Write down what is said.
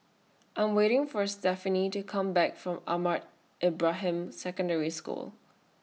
I Am waiting For Stephanie to Come Back from Ahmad Ibrahim Secondary School